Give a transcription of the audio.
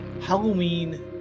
Halloween